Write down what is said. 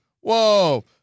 Whoa